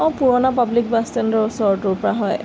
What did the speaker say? অঁ পুৰণা public bus ষ্টেণ্ডৰ ওচৰৰটোৰ পৰা হয়